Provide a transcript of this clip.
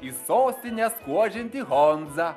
į sostinę skuodžiantį honzą